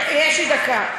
יש לי דקה,